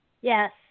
Yes